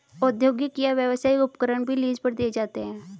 औद्योगिक या व्यावसायिक उपकरण भी लीज पर दिए जाते है